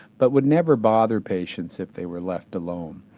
but would never bother patients if they were left alone.